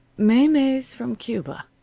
maymeys from cuba.